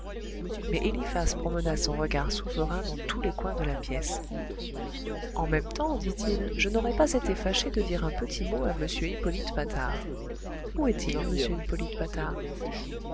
mais eliphas promena son regard souverain dans tous les coins de la pièce en même temps dit-il je n'aurais pas été fâché de dire un petit mot à m hippolyte patard où est-il m hippolyte patard